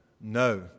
no